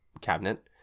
cabinet